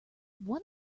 one